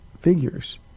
figures